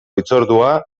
hitzordua